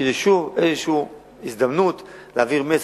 כי זו שוב איזו הזדמנות להעביר מסר,